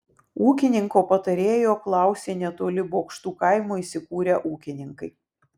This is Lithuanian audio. ūkininko patarėjo klausė netoli bokštų kaimo įsikūrę ūkininkai